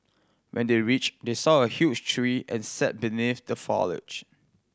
when they reached they saw a huge tree and sat beneath the foliage